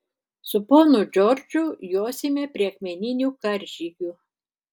su ponu džordžu josime prie akmeninių karžygių